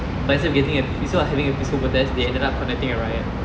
but instead of getting instead of having a peaceful protest they ended up conducting a riot